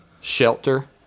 Shelter